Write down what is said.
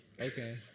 Okay